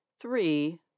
Three